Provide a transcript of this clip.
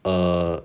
err